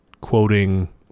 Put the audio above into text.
quoting